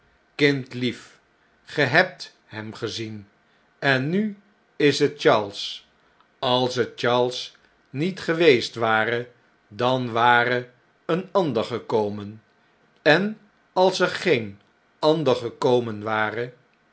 kindlief ge hebt hem gezien en nu is het charles als het charles niet geweest ware dan ware een ander gekomen en als er geen ander gekomen ware